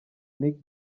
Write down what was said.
nick